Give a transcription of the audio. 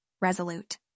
resolute